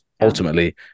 ultimately